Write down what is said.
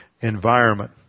environment